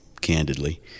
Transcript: candidly